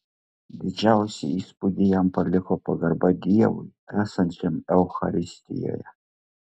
didžiausią įspūdį jam paliko pagarba dievui esančiam eucharistijoje